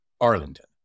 Arlington